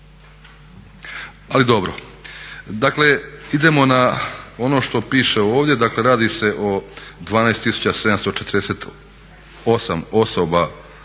Ali dobro. Dakle, idemo na ono što piše ovdje, radi se o 12 748 osoba